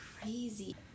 crazy